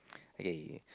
okay okay